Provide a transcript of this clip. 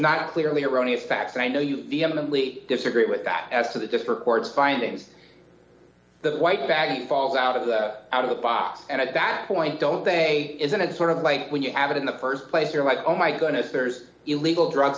a clearly erroneous fact i know you the eminently disagree with that as to the different word finding the white bag falls out of the out of the box and at that point don't say isn't it sort of like when you have it in the st place you're like oh my goodness there's illegal drugs